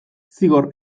zigor